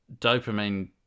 dopamine